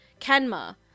Kenma